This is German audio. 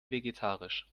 vegetarisch